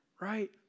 right